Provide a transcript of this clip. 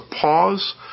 pause